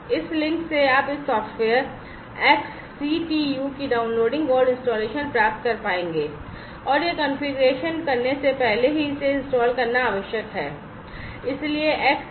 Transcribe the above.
इस लिंक से आप इस सॉफ्टवेयर XCTU की डाउनलोडिंग और इंस्टालेशन प्राप्त कर पाएंगे और यह कॉन्फ़िगरेशन करने से पहले ही इसे इंस्टॉल करना आवश्यक है